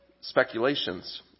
speculations